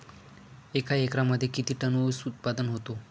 एका एकरमध्ये किती टन ऊस उत्पादन होतो?